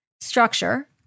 structure